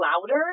louder